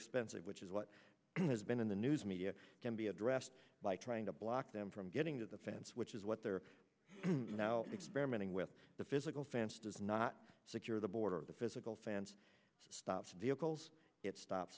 expensive which is what has been in the news media can be addressed by trying to block them from getting to the fence which is what they're now experimented with the physical fence does not secure the border the physical fence stops vehicles it stops